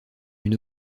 une